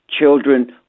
children